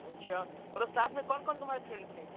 अच्छा मतलब साथ में कौन कौन तुम्हारे फ्रेंड थे